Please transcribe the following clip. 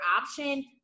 option